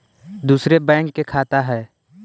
दुसरे बैंक के खाता हैं?